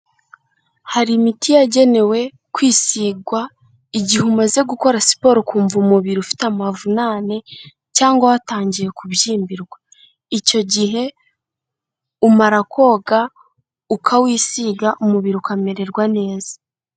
Hari imiti yagenewe kwisigagwa igihe umaze gukora siporo ukumva umubiri ufite amavunane cyangwa watangiye kubyimbirwa, icyo gihe umara koga ukawisiga umubiri ukamererwa neza.